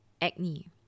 acne